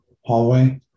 hallway